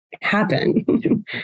happen